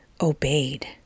obeyed